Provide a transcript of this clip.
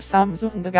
Samsung